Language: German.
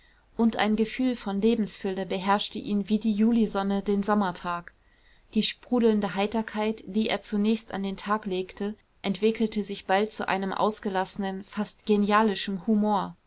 und ein gefühl von lebensfülle beherrschte ihn wie die julisonne den sommertag die sprudelnde heiterkeit die er zuerst an den tag legte entwickelte sich bald zu einem ausgelassenen fast genialischem humor